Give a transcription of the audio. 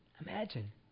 Imagine